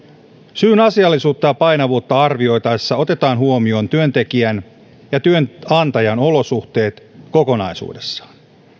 syyn asiallisuutta ja painavuutta arvioitaessa otetaan huomioon työntekijän ja työnantajan olosuhteet kokonaisuudessaan